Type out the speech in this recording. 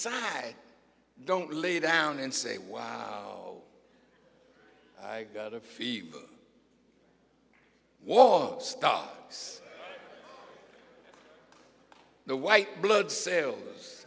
i don't lay down and say wow i got a fever whoa stop the white blood cells